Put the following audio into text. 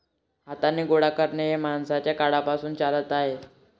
हाताने गोळा करणे हे माणसाच्या काळापासून चालत आले आहे